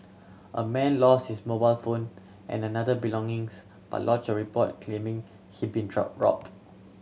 a man lost his mobile phone and another belongings but lodged a report claiming he'd been robbed